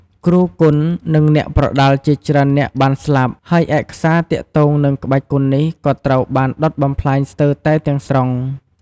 គ្រូគុន និងអ្នកប្រដាល់ជាច្រើននាក់បានស្លាប់ ហើយឯកសារទាក់ទងនឹងក្បាច់គុននេះក៏ត្រូវបានដុតបំផ្លាញស្ទើរតែទាំងស្រុង។